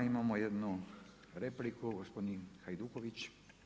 Imamo jednu repliku, gospodin Hajduković.